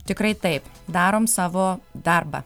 tikrai taip darom savo darbą